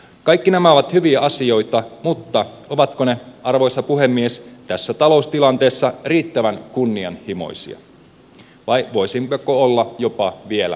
kaikki nämä ovat hyviä asioita mutta ovatko ne arvoisa puhemies tässä taloustilanteessa riittävän kunnianhimoisia vai voisimmeko olla jopa vielä rohkeampia